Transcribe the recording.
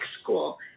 school